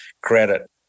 credit